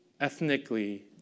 ethnically